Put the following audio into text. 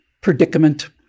predicament